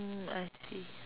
mm I see